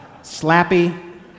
Slappy